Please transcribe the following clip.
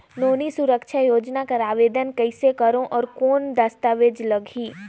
नोनी सुरक्षा योजना कर आवेदन कइसे करो? और कौन दस्तावेज लगही?